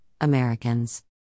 Americans